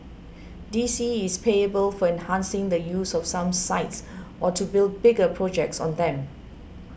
D C is payable for enhancing the use of some sites or to build bigger projects on them